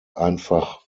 einfach